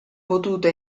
potuto